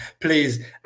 please